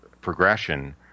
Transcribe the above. progression